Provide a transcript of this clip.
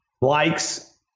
likes